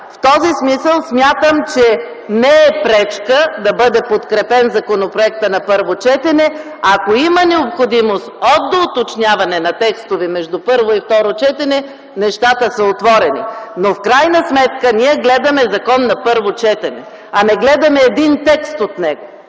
В този смисъл смятам, че не е пречка да бъде подкрепен законопроектът на първо четене. Ако има необходимост от доуточняване на текстове между първо и второ четене, нещата са отворени, но в крайна сметка ние гледаме закон на първо четене, а не гледаме един текст от него.